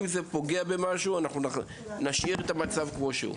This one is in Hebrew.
אם זה פוגע במשהו אנחנו נשאיר את המצב כמו שהוא.